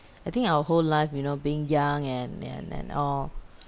I think our whole life you know being young and and and all